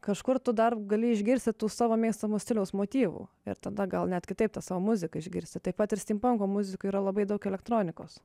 kažkur tu dar gali išgirsti tų savo mėgstamo stiliaus motyvų ir tada gal net kitaip tą savo muziką išgirsti taip pat ir stimpanko muzikoj yra labai daug elektronikos